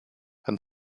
and